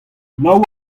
nav